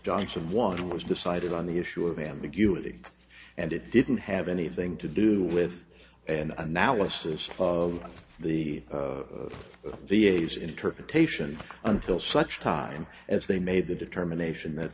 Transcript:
of one was decided on the issue of ambiguity and it didn't have anything to do with an analysis of the v a s interpretation until such time as they made the determination that